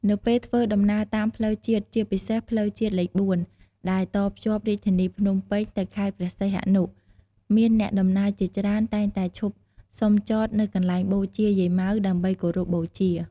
នៅពេលធ្វើដំណើរតាមផ្លូវជាតិជាពិសេស ផ្លូវជាតិលេខ ៤ ដែលតភ្ជាប់រាជធានីភ្នំពេញទៅខេត្តព្រះសីហនុ មានអ្នកដំណើរជាច្រើនតែងតែឈប់សំចតនៅកន្លែងបូជា យាយម៉ៅ ដើម្បីគោរពបូជា។